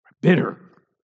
Bitter